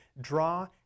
draw